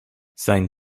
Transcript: sein